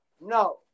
No